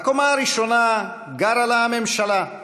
בקומה הראשונה גרה לה הממשלה,